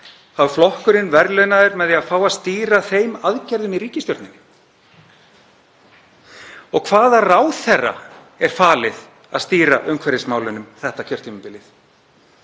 var flokkurinn verðlaunaður með því að fá að stýra þeim aðgerðum í ríkisstjórninni. Og hvaða ráðherra er falið að stýra umhverfismálunum þetta kjörtímabilið?